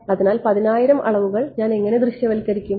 അതിനാൽ 10000 അളവുകൾ ഞാൻ എങ്ങനെ ദൃശ്യവൽക്കരിക്കും